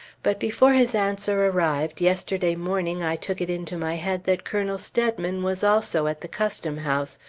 but before his answer arrived, yesterday morning i took it into my head that colonel steadman was also at the custom-house,